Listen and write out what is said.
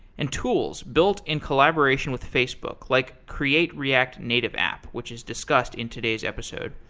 and tools built in collaboration with facebook like create react native app, which is discussed in today's episode.